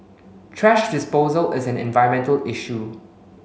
thrash disposal is an environmental issue